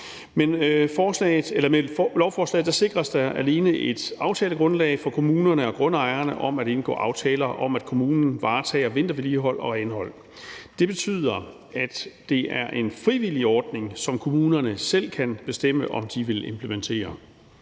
Med lovforslaget sikres der alene et aftalegrundlag for kommunerne og grundejerne om at indgå aftaler om, at kommunen varetager vintervedligehold og renhold. Det betyder, at det er en frivillig ordning, som kommunerne selv kan bestemme om de vil implementere,